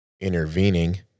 intervening